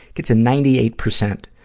it's a ninety eight percent,